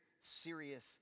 serious